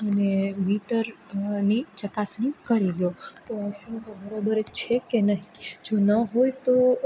અને મીટરની ચકાસણી કરી લો તો શું તે બરોબર છે કે નહીં જો ન હોય તો